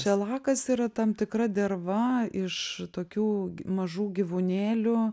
šelakas yra tam tikra derva iš tokių mažų gyvūnėlių